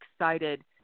excited